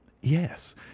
yes